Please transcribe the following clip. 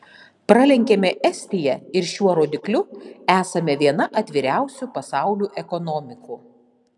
pralenkėme estiją ir šiuo rodikliu esame viena atviriausių pasaulių ekonomikų